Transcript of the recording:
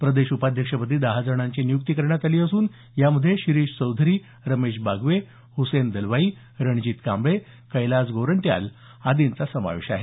प्रदेश उपाध्यक्षपदी दहा जणांची नियुक्ती करण्यात आली असून यामध्ये शिरीष चौधरी रमेश बागवे हुसैन दलवाई रणजित कांबळे कैलास गोरंट्याल आदींचा समावेश आहे